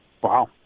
Wow